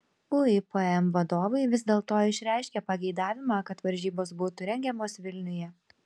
uipm vadovai vis dėlto išreiškė pageidavimą kad varžybos būtų rengiamos vilniuje